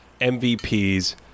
MVPs